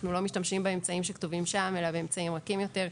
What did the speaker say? אנחנו לא משתמשים באמצעים שכתובים שם אלא באמצעים רכים יותר,